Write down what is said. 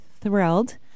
thrilled